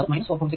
അത് 4